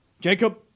Jacob